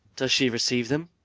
does she receive them?